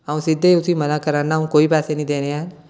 अ'ऊं सिद्धे उसी मनां करै'नां अ'ऊं कोई पैसे नेईं देने हैन